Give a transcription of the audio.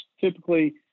typically